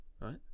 Right